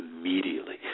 immediately